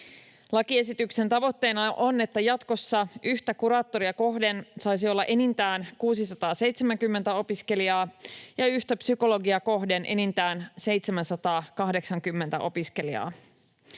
Lakiesityksen tavoitteena on, että jatkossa yhtä kuraattoria kohden saisi olla enintään 670 opiskelijaa ja yhtä psykologia kohden enintään 780 opiskelijaa.